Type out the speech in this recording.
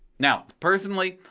now, personally,